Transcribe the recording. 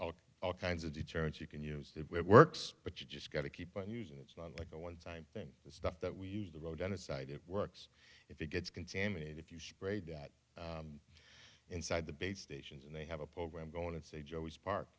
can all kinds of deterrents you can use it works but you just got to keep on using it's not like a one time thing the stuff that we use the road genocide it works if it gets contaminated if you sprayed that inside the base stations and they have a program going and say joe was park